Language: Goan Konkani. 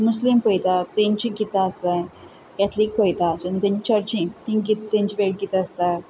मुस्लीम पळयता तेंचीं गितां आसा कॅथ्लीक पयता तेंचीं चर्चीन तेंचीं वेगळीं गितां आसता